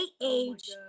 age